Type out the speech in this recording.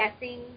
guessing